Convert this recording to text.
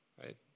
right